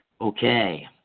Okay